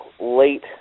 late